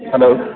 hello